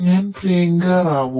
ഞാൻ പ്രിയങ്ക റാവു